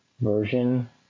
version